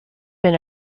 been